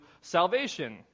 salvation